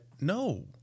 no